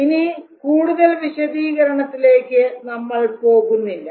ഇനി കൂടുതൽ വിശദീകരണത്തിലേക്ക് നമ്മൾ പോകുന്നില്ല